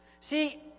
See